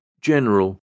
General